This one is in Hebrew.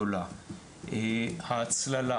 הוא ההצללה.